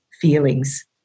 feelings